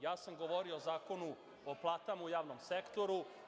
Ja sam govorio o Zakonu o platama u javnom sektoru.